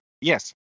Yes